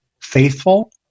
faithful